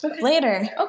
later